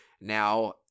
Now